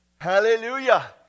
hallelujah